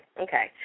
Okay